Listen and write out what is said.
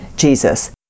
Jesus